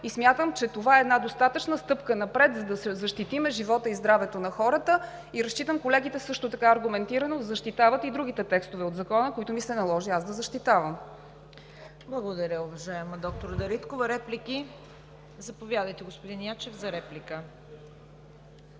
и смятам, че това е една достатъчна стъпка напред, за да защитим живота и здравето на хората и разчитам колегите също така аргументирано да защитават и другите текстове от Закона, които ми се наложи аз да защитавам. ПРЕДСЕДАТЕЛ ЦВЕТА КАРАЯНЧЕВА: Благодаря, уважаема доктор Дариткова. Реплики? Заповядайте, господин Ячев, за реплика.